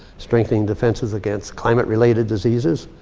strengthening defenses against climate-related diseases,